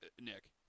Nick